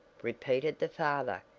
repeated the father,